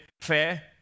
fair